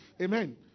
Amen